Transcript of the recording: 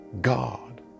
God